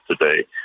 today